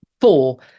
four